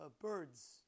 birds